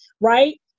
Right